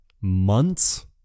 months